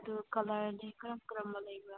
ꯑꯗꯨ ꯀꯂꯔꯗꯤ ꯀꯔꯝ ꯀꯔꯝꯕ ꯂꯩꯕ꯭ꯔꯥ